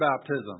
baptism